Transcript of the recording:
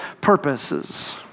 purposes